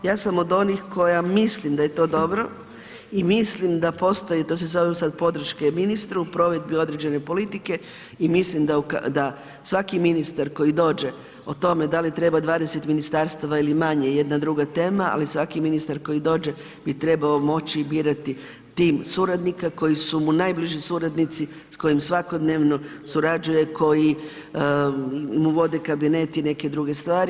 Ja sam od onih koja mislim da je to dobro i mislim da postoji, to se zovu sad podrške ministru u provedbi određene politike i mislim da svaki ministar koji dođe o tome da li treba 20 ministarstava ili manje jedna druga tema ali svaki ministar koji dođe bi trebao moći i birati tim suradnika koji su mu najbliži suradnici s kojim svakodnevno surađuje, koji mu vode kabinet i neke druge stvari.